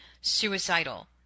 suicidal